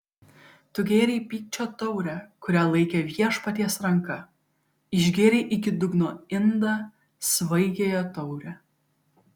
tu gėrei pykčio taurę kurią laikė viešpaties ranka išgėrei iki dugno indą svaigiąją taurę